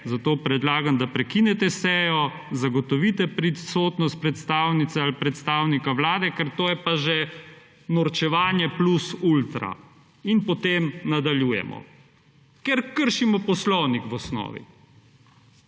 Zato predlagam, da prekinete sejo, zagotovite prisotnost predstavnice ali predstavnika vlade. Ker jo je pa že norčevanje plus ultra. In potem nadaljujemo. Ker kršimo poslovnik v osnovi.